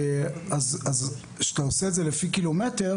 אז כשאתה עושה את זה לפי קילומטר,